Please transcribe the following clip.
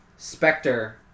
Spectre